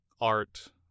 art